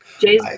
Jay